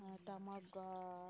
ᱴᱟᱢᱟᱜᱚᱲ